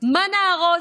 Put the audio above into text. מה נהרוס,